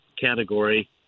category